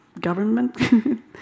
government